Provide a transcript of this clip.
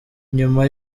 nyuma